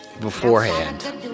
beforehand